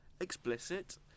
explicit